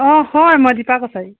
অঁ হয় মই দীপা কছাৰী